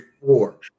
four